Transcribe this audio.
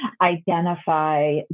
identify